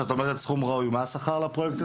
כשאת אומרת סכום ראוי, מה השכר לפרויקט הזה?